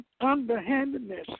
underhandedness